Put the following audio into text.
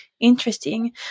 Interesting